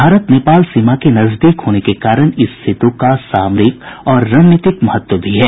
भारत नेपाल सीमा के नजदीक होने के कारण इस सेतु का सामरिक और रणनीतिक महत्व भी है